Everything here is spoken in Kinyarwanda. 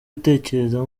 utekereza